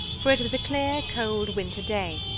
for it was a clear, cold, winter day,